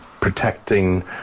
protecting